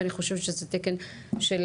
ואני חושבת שזה תקן של,